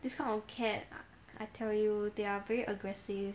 this kind of cat I tell you they are very aggressive